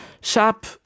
Shop